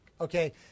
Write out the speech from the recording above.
Okay